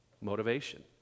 motivation